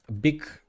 big